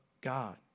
God